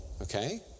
Okay